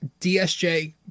DSJ